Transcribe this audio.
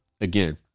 again